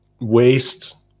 waste